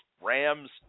Rams